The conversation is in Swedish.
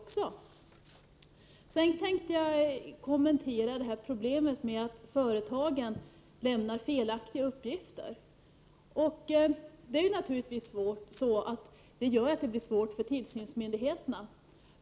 Sedan tänkte jag kommentera problemen med att företagen lämnar felaktiga uppgifter, något som naturligtvis gör det svårt för tillsynsmyndigheterna.